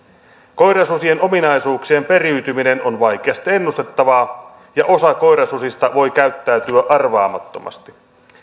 koirasusien ominaisuuksien periytyminen on vaikeasti ennustettavaa ja osa koirasusista voi käyttäytyä arvaamattomasti